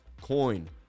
coin